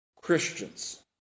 Christians